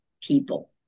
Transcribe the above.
people